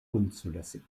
unzulässig